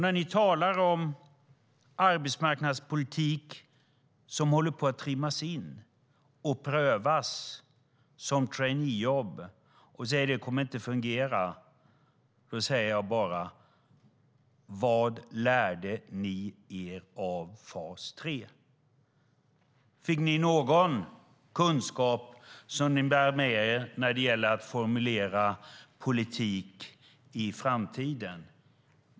När ni talar om arbetsmarknadspolitik som håller på att trimmas in och prövas, som traineejobb, och säger att det inte kommer att fungera säger jag bara: Vad lärde ni er av fas 3? Fick ni någon kunskap som ni bär med er när det gäller att formulera politik i framtiden?